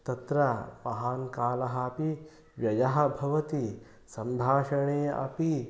तत्र महान् कालः अपि व्ययः भवति सम्भाषणे अपि